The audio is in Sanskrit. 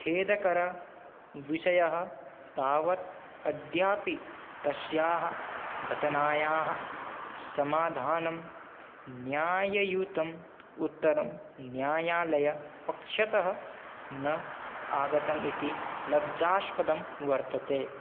खेदकरविषयः तावत् अद्यापि तस्याः घटनायाः समाधानं न्याययुतम् उत्तरं न्यायालयपक्षतः न आगतम् इति लज्जास्पदं वर्तते